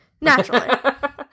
naturally